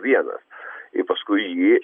vienas ir paskui jį